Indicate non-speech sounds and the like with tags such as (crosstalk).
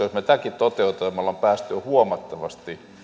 (unintelligible) jos me tätäkin toteutamme me olemme päässeet huomattavasti